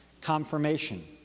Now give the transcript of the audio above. confirmation